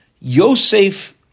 Yosef